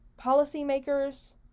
policymakers